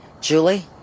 Julie